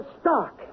stock